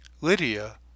Lydia